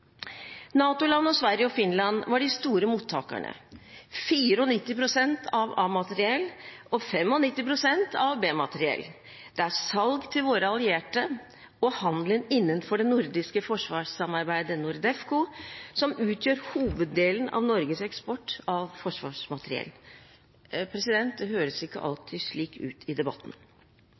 Sverige og Finland var de store mottakerne: 94 pst. av A-materiell og 95 pst. av B-materiell. Det er salg til våre allierte og handelen innenfor det nordiske forsvarssamarbeidet NORDECFO som utgjør hoveddelen av Norges eksport av forsvarsmateriell. Det høres ikke alltid slik ut i debatten.